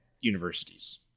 universities